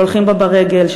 שהולכים בה ברגל,